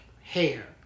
hair